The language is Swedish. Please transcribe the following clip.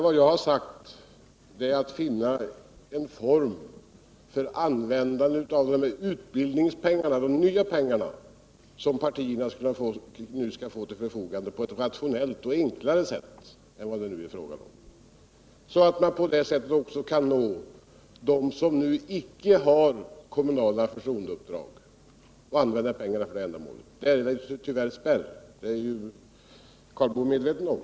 Vad jag tryckt på är att finna en form för användande av de nya utbildningspengar som partierna nu skall få på ett rationellt och enklare sätt än vad det nu är fråga om, så att man på det sättet också kan nå dem som nu inte har kommunala förtroendeuppdrag, använda pengarna även för det ändamålet. Det finns ju en spärr där. Det är Karl Boo medveten om.